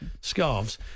scarves